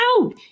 out